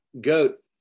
goat